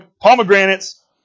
pomegranates